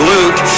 Luke